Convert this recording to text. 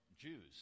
Jews